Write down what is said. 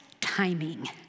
Timing